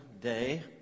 day